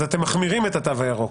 אז אתם מחמירים את התו הירוק.